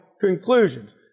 conclusions